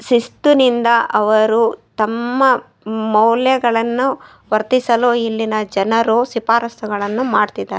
ಶಿಸ್ತುನಿಂದ ಅವರು ತಮ್ಮ ಮೌಲ್ಯಗಳನ್ನು ವರ್ತಿಸಲು ಇಲ್ಲಿನ ಜನರು ಶಿಫಾರಸ್ಸುಗಳನ್ನು ಮಾಡ್ತಿದ್ದಾರೆ